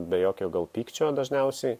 be jokio gal pykčio dažniausiai